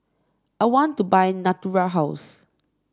I want to buy Natura House